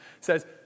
says